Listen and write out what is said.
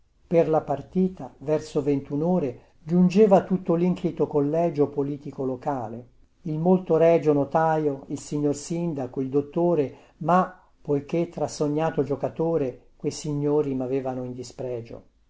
per la partita verso ventunore giungeva tutto linclito collegio politico locale il molto regio notaio il signor sindaco il dottore ma poichè trasognato giocatore quei signori mavevano in dispregio